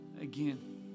again